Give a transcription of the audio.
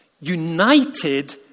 united